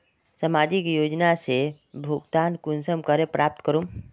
सामाजिक योजना से भुगतान कुंसम करे प्राप्त करूम?